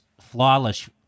flawless